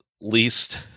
least